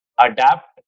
adapt